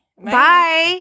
Bye